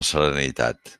serenitat